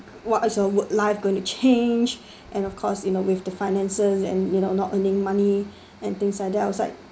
what's your work life going to change and of course you know with the finances and you know not earning money and things like that